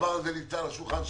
הדבר הזה נמצא על שולחנך.